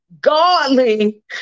godly